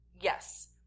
yes